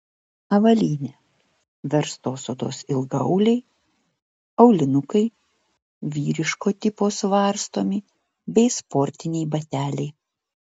avalynė verstos odos ilgaauliai aulinukai vyriško tipo suvarstomi bei sportiniai bateliai